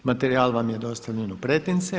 Materijal vam je dostavljen u pretince.